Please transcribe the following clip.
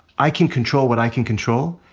i can control what i can control,